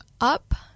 Up